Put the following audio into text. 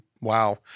wow